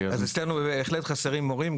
אז אצלנו בהחלט חסרים מורים.